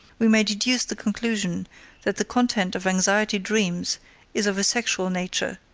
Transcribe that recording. we may deduce the conclusion that the content of anxiety dreams is of a sexual nature,